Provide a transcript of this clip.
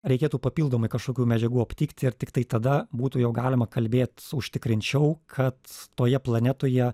reikėtų papildomai kažkokių medžiagų aptikt ir tiktai tada būtų jau galima kalbėt užtikrinčiau kad toje planetoje